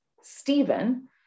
Stephen